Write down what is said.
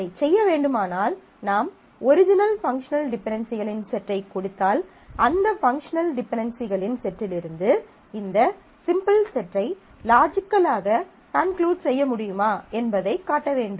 அதைச் செய்ய வேண்டுமானால் நாம் ஒரிஜினல் பங்க்ஷனல் டிபென்டென்சிகளின் செட்டைக் கொடுத்தால் அந்த பங்க்ஷனல் டிபென்டென்சிகளின் செட்டிலிருந்து இந்த சிம்பிள் செட்டை லாஜிக்கலாக கன்க்குலூஃட் செய்யமுடியுமா என்பதைக் காட்ட வேண்டும்